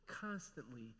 constantly